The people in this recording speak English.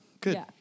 good